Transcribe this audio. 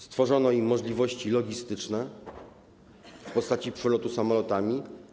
Stworzono im możliwości logistyczne w postaci przelotu samolotami.